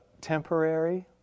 temporary